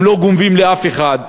הם לא גונבים לאף אחד.